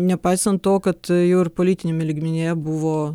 nepaisant to kad jau ir politiniame lygmenyje buvo